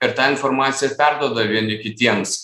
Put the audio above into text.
ir tą informaciją perduoda vieni kitiems